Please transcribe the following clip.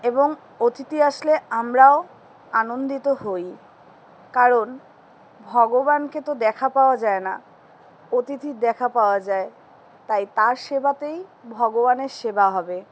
এবং অতিথি আসলে আমরাও আনন্দিত হই কারণ ভগবানকে তো দেখা পাওয়া যায় না অতিথির দেখা পাওয়া যায় তাই তার সেবাতেই ভগবানের সেবা হবে